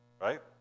Right